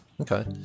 Okay